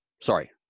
Sorry